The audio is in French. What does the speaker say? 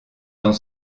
dans